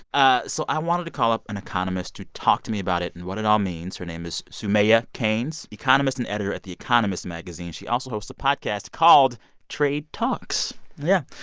ah so i wanted to call up an economist to talk to me about it and what it all means. her name is soumaya keynes, economist and editor at the economist magazine. she also hosts a podcast called trade talks. yeah.